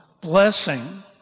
blessing